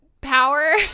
power